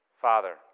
Father